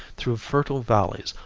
through fertile valleys,